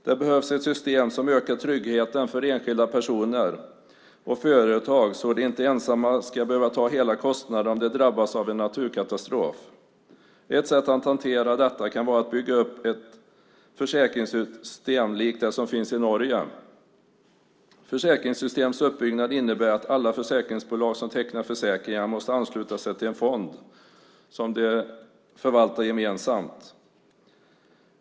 Det behövs ett system som ökar tryggheten för enskilda personer och företag så att de inte ensamma ska behöva ta hela kostnaden om de drabbas av en naturkatastrof. Ett sätt att hantera detta kan vara att bygga upp ett försäkringssystem likt det som finns i Norge. Försäkringssystemets uppbyggnad innebär att alla försäkringsbolag som tecknar försäkringar måste ansluta sig till en fond som de förvaltar gemensamt.